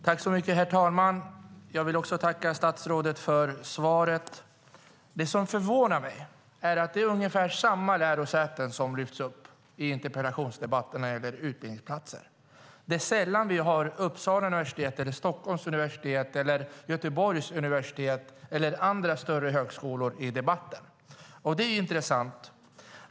Herr talman! Jag tackar också statsrådet för svaret. Det som förvånar mig är att det är ungefär samma lärosäten som lyfts upp i interpellationsdebatterna när det gäller utbildningsplatser. Debatten handlar sällan om Uppsala universitet, Stockholms universitet, Göteborgs universitet eller andra större universitet och högskolor. Det är intressant.